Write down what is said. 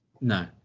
No